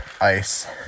ice